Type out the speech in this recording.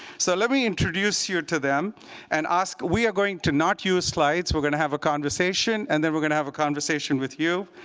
so let me introduce you to them and ask we are going to not use slides. we're going to have a conversation, and then we're going to have a conversation with you,